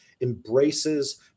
embraces